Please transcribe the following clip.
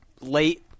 late